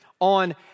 on